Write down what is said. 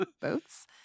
boats